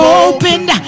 opened